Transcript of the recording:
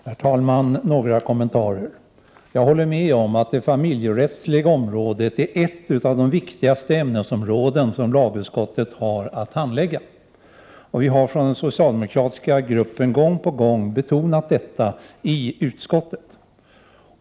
Herr talman! Några kommentarer. Jag håller med om att det familjerättsliga området är ett av de viktigaste ämnesområden som lagutskottet har att handlägga. Den socialdemokratiska gruppen i utskottet har gång på gång betonat detta.